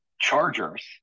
Chargers